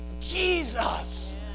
Jesus